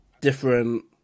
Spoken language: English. different